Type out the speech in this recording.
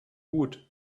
gut